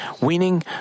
winning